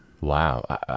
Wow